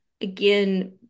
Again